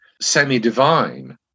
semi-divine